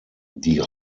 die